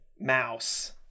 Mouse